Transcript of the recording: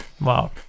Wow